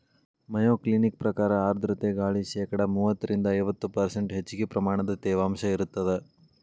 Mayo Clinic ಪ್ರಕಾರ ಆರ್ಧ್ರತೆ ಗಾಳಿ ಶೇಕಡಾ ಮೂವತ್ತರಿಂದ ಐವತ್ತು ಪರ್ಷ್ಂಟ್ ಹೆಚ್ಚಗಿ ಪ್ರಮಾಣದ ತೇವಾಂಶ ಇರತ್ತದ